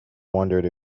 wondered